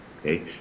okay